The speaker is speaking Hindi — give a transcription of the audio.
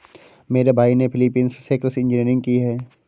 मेरे भाई ने फिलीपींस से कृषि इंजीनियरिंग की है